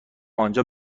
آنجا